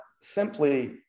simply